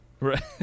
Right